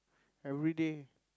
every day